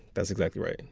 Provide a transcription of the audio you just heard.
that's exactly right.